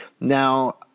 Now